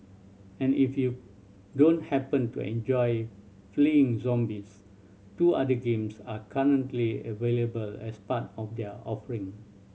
and if you don't happen to enjoy fleeing zombies two other games are currently available as part of their offering